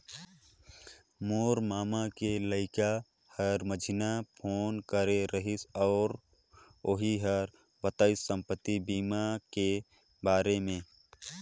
मोर ममा के लइका हर मंझिन्हा फोन करे रहिस अउ ओही हर बताइस संपति बीमा के बारे मे